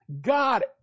God